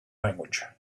language